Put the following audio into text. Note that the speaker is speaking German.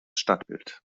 stadtbild